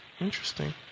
Interesting